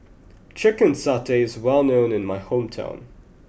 Chicken Satay is well known in my hometown